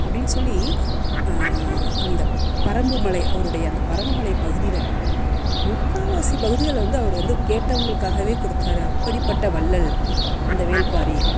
அப்படினு சொல்லி அந்த பறம்பு மலை அவருடைய அந்த பறம்பு மலை பகுதியில் முக்கால்வாசி பகுதிகளை வந்து அவர் வந்து கேட்டவங்களுக்காகவே கொடுத்தாரு அப்படிப்பட்ட வள்ளல் அந்த வேள்பாரி